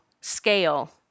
scale